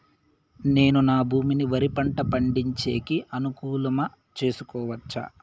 నేను నా భూమిని వరి పంట పండించేకి అనుకూలమా చేసుకోవచ్చా?